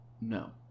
No